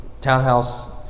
townhouse